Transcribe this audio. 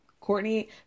Courtney